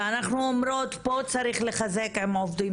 ואנחנו אומרות פה צריך לחזק עם עובדים